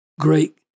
Great